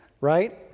right